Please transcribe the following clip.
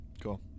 Cool